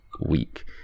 week